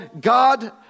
God